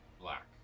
Black